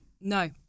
no